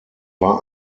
war